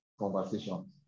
conversations